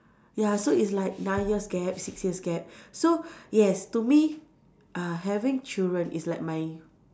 ya so it's like nine years gap six years gap so yes to me uh having children is like my